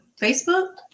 Facebook